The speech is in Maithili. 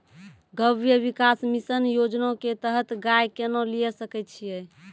गव्य विकास मिसन योजना के तहत गाय केना लिये सकय छियै?